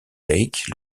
lake